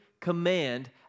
command